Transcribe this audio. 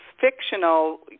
fictional